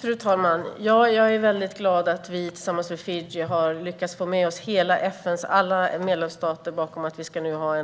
Fru talman! Jag är väldigt glad över vi tillsammans med Fiji har lyckats få med oss FN:s alla medlemsstater att stå bakom